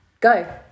Go